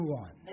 one